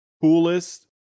coolest